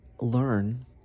learn